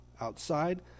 outside